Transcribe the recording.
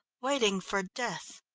waiting for death.